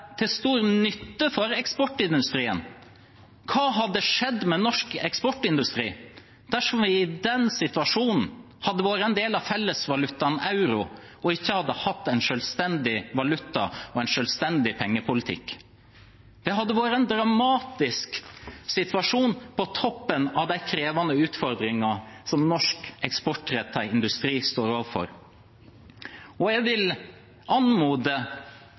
en del av fellesvalutaen euro og ikke hadde hatt en selvstendig valuta og en selvstendig pengepolitikk? Det hadde vært en dramatisk situasjon på toppen av de krevende utfordringene som norsk eksportrettet industri står overfor. Jeg vil anmode